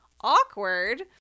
awkward